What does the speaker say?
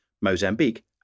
Mozambique